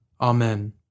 Amen